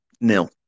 nil